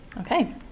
Okay